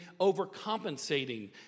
overcompensating